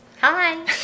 Hi